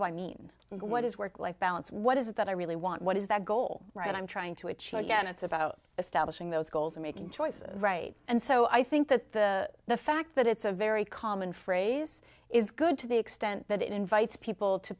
do i mean what is work life balance what is it that i really want what is that goal right i'm trying to achieve again it's about establishing those goals and making choices right and so i think that the the fact that it's a very common phrase is good to the extent that it invites people to